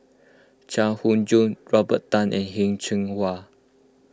Chai Hon Yoong Robert Tan and Heng Cheng Hwa